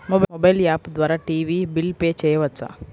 Mobile app ద్వారా TV bill pay చేయవచ్చా?